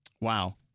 wow